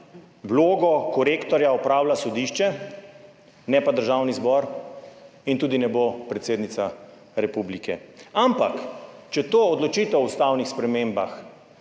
vlogo korektorja opravlja sodišče, ne pa Državni zbor, in tudi ne bo predsednica republike. Ampak če to odločitev o ustavnih spremembah